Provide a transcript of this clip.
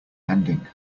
ending